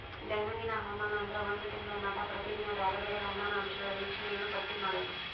ದೈನಂದಿನ ಹವಾಮಾನ ಅಂದ್ರ ಒಂದ ತಿಂಗಳ ಮಟಾ ಪ್ರತಿದಿನಾ ಬ್ಯಾರೆ ಬ್ಯಾರೆ ಹವಾಮಾನ ಅಂಶಗಳ ವೇಕ್ಷಣೆಯನ್ನಾ ಪಟ್ಟಿ ಮಾಡುದ